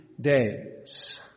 days